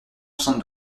soixante